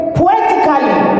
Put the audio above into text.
poetically